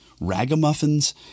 Ragamuffins